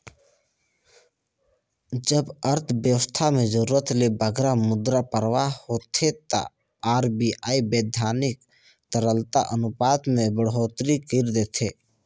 जब अर्थबेवस्था में जरूरत ले बगरा मुद्रा परवाह होथे ता आर.बी.आई बैधानिक तरलता अनुपात में बड़होत्तरी कइर देथे